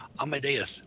Amadeus